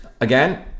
again